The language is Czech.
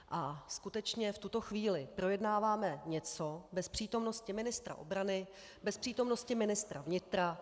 A skutečně v tuto chvíli projednáváme něco bez přítomnosti ministra obrany, bez přítomnosti ministra vnitra.